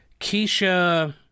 Keisha